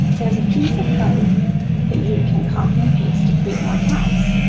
there's a piece of code that you can copy and paste to create more tabs,